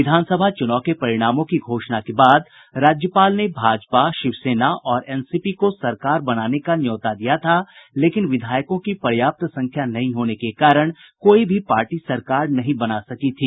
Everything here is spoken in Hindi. विधानसभा चूनाव के परिणामों की घोषणा के बाद राज्यपाल ने भाजपा शिव सेना और एनसीपी को सरकार बनाने का न्यौता दिया था लेकिन विधायकों की पर्याप्त संख्या नहीं होने के कारण कोई भी पार्टी सरकार नहीं बना सकी थी